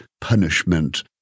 punishment